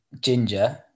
ginger